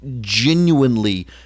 genuinely